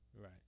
Right